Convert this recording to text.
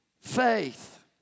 faith